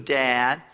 dad